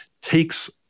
takes